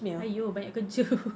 !aiyo! banyak kerja